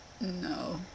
No